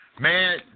man